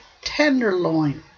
tenderloin